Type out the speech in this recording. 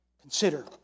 Consider